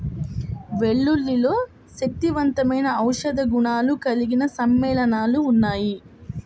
వెల్లుల్లిలో శక్తివంతమైన ఔషధ గుణాలు కలిగిన సమ్మేళనాలు ఉన్నాయి